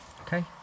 Okay